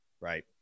right